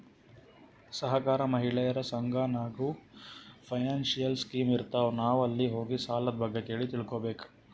ಸಹಕಾರ, ಮಹಿಳೆಯರ ಸಂಘ ನಾಗ್ನೂ ಫೈನಾನ್ಸಿಯಲ್ ಸ್ಕೀಮ್ ಇರ್ತಾವ್, ನಾವ್ ಅಲ್ಲಿ ಹೋಗಿ ಸಾಲದ್ ಬಗ್ಗೆ ಕೇಳಿ ತಿಳ್ಕೋಬೇಕು